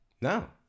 no